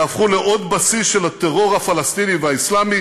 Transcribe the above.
יהפכו לעוד בסיס של הטרור הפלסטיני והאסלאמי